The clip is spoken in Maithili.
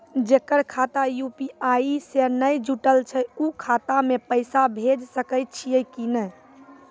जेकर खाता यु.पी.आई से नैय जुटल छै उ खाता मे पैसा भेज सकै छियै कि नै?